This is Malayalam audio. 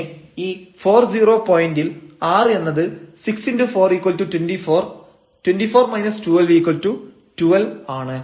പിന്നെ ഈ 40 പോയന്റിൽ r എന്നത് 6424 24 12 12 ആണ്